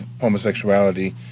homosexuality